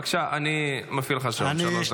בבקשה, אני מפעיל לך שעון, שלוש דקות.